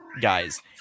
guys